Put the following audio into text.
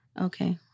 Okay